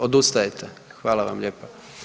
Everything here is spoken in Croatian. Odustajete, hvala vam lijepa.